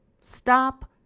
Stop